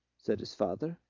said his father.